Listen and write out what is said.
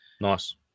Nice